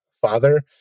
father